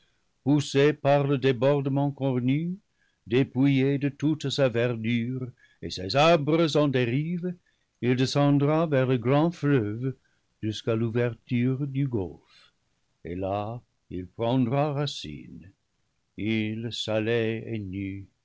poussé par le débordement cornu dépouillé de toute sa verdure et ses arbres en dérive il descendra vers le grand fleuve jusqu'à l'ouverture du golfe et là il prendra racine île salée et nue